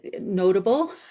notable